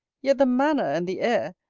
yet the manner, and the air,